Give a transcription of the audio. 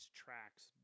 tracks